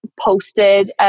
posted